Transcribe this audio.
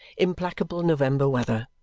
implacable november weather.